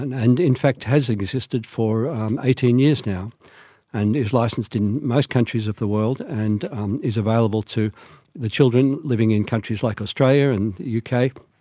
and and in fact has existed for eighteen years now and is licensed in most countries of the world and um is available to the children living in countries like australia and the kind of